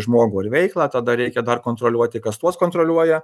žmogų ar veiklą tada reikia dar kontroliuoti kas tuos kontroliuoja